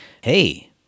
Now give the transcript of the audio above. Hey